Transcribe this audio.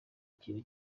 kintu